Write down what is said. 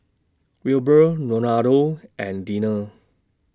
Wilbur Ronaldo and Deana